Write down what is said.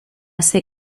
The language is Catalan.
ser